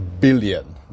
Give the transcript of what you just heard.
billion